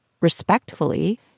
respectfully